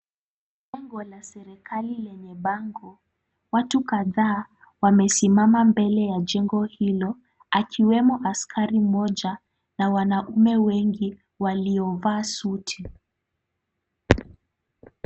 Jengo la serikali lenye bango ,watu kadhaa wamesimama mbele ya jengo hilo akiwemo askari mmoja na wanaume wengi waliovaa suti.